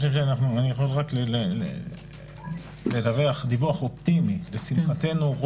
אני יכול לדווח דיווח אופטימי לשמחתנו,